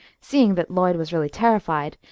seeing that lloyd was really terrified,